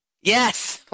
yes